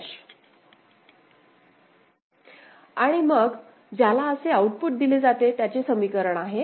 An' आणि मग ज्याला असे आउटपुट दिले जाते त्याचे समीकरण आहे